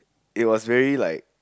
it was very like